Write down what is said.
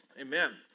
Amen